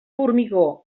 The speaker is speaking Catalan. formigó